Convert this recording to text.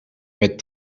met